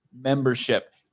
membership